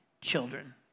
children